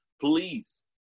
please